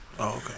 okay